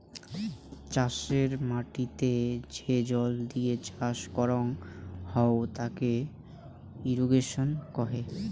চাষের মাটিতে যে জল দিয়ে চাষ করং হউ তাকে ইরিগেশন কহে